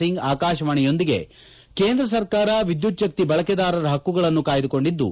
ಸಿಂಗ್ ಆಕಾಶವಾಣಿಯೊಂದಿಗೆ ಕೇಂದ್ರ ಸರ್ಕಾರ ಎದ್ದುತ್ಜ್ಞಕ್ತಿ ಬಳಕೆದಾರರ ಪಕ್ಷುಗಳನ್ನು ಕಾಯ್ದುಕೊಂಡಿದ್ದು